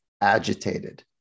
agitated